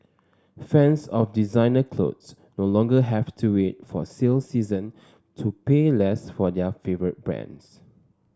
fans of designer clothes no longer have to wait for sale season to pay less for their favourite brands